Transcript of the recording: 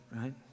right